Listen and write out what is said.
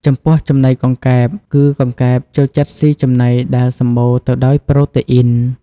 ចំពោះចំណីកង្កែប គឺកង្កែបចូលចិត្តស៊ីចំណីដែលសម្បូរទៅដោយ ប្រូតេអ៊ីន។